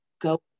go